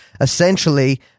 Essentially